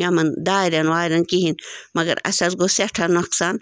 یمن دارین وارین کِہیٖنۍ مگر اَسہِ حظ گوٚو سٮ۪ٹھاہ نۄقصان